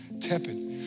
tepid